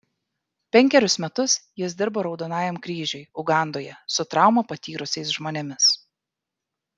penkerius metus jis dirbo raudonajam kryžiui ugandoje su traumą patyrusiais žmonėmis